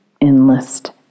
enlist